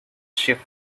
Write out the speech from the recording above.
shift